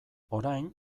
orain